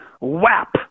WAP